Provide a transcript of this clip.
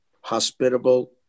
hospitable